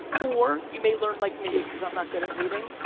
or you may learn like me cause i'm not good at reading.